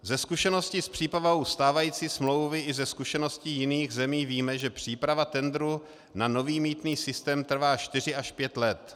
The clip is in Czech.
Ze zkušeností s přípravou stávající smlouvy i ze zkušeností z jiných zemí víme, že příprava tendru na nový mýtný systém trvá čtyři až pět let.